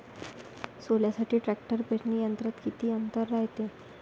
सोल्यासाठी ट्रॅक्टर पेरणी यंत्रात किती अंतर रायते?